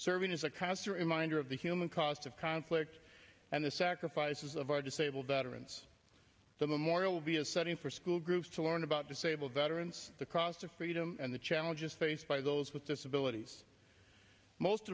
serving as a cause to reminder of the human cost of conflict and the sacrifices of our disabled veterans the memorial will be a setting for school groups to learn about disabled veterans the cost of freedom and the challenges faced by those with disabilities most